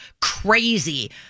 crazy